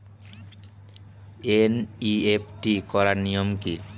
NEFT করার নিয়ম কী?